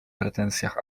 pretensjach